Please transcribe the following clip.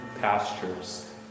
pastures